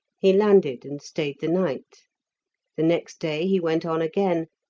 he landed and stayed the night the next day he went on again,